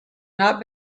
not